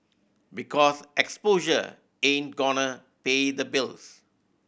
because exposure ain't gonna pay the bills